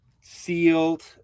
Sealed